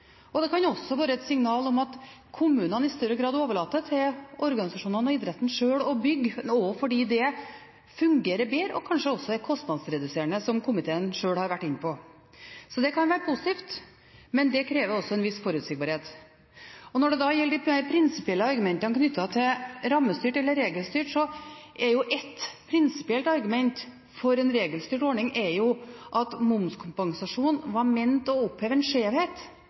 stort. Det kan også være et signal om at kommunene i større grad overlater til organisasjonene og idretten sjøl å bygge, fordi det fungerer bedre og kanskje også er kostnadsreduserende, som komiteen sjøl har vært inne på. Så det kan være positivt. Men det krever en viss forutsigbarhet. Når det gjelder de prinsipielle argumentene knyttet til rammestyrt eller regelstyrt, er ett prinsipielt argument for en regelstyrt ordning at momskompensasjon var ment å oppheve en skjevhet,